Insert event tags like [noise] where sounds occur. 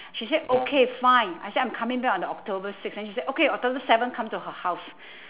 she said okay fine I said I'm coming back on the october six and she said okay october seven come to her house [breath]